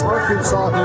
Arkansas